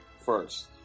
first